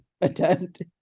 attempt